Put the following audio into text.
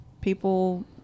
people